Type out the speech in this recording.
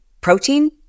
protein